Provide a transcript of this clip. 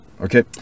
Okay